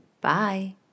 Bye